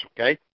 okay